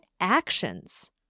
actions